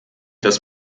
das